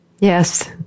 Yes